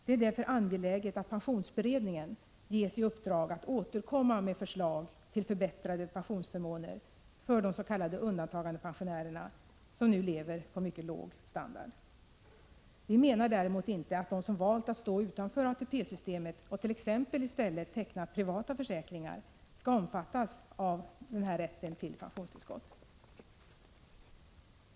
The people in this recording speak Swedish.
Det är därför angeläget att pensionsberedningen ges i uppdrag att återkomma med förslag till förbättrade pensionsförmåner för de s.k. undantagandepensionärerna. Vi menade däremot inte att de som valt att stå utanför ATP-systemet och i stället tecknat privata försäkringar skall omfattas av denna rätt till pensionstillskott.